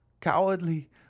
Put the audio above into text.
cowardly